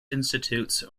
institutes